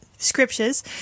scriptures